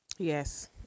Yes